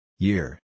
Year